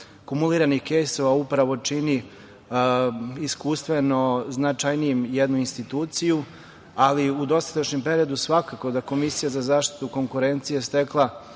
kumuliranih „kejsova“ upravo čini iskustveno značajnijim jednu instituciju, ali u dosadašnjem periodu svakako da je Komisija za zaštitu konkurencije stekla